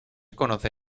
conoce